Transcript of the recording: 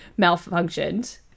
malfunctioned